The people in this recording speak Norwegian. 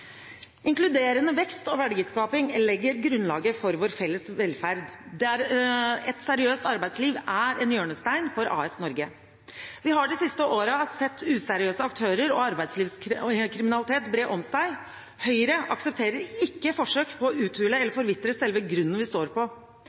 lnkluderende vekst og verdiskaping legger grunnlaget for vår felles velferd. Et seriøst arbeidsliv er en hjørnesten for AS Norge. Vi har de siste årene sett useriøse aktører og arbeidslivskriminalitet bre seg. Høyre aksepterer ikke forsøk på å uthule eller forvitre selve grunnen vi står på.